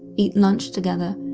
eat lunch together,